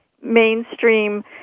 mainstream